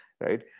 right